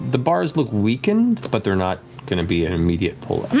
the bars look weakened, but they're not going to be an immediate pull